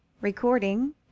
Recording